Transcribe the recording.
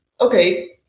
okay